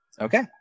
Okay